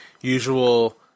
usual